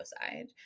side